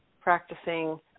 practicing